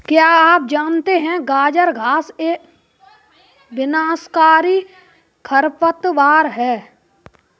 क्या आप जानते है गाजर घास एक विनाशकारी खरपतवार है?